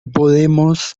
podemos